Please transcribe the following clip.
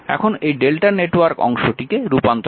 এখন এই Δ নেটওয়ার্ক অংশটিকে রূপান্তর করুন